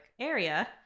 area